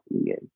again